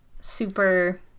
super